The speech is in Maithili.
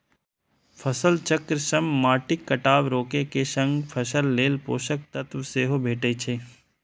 फसल चक्र सं माटिक कटाव रोके के संग फसल लेल पोषक तत्व सेहो भेटै छै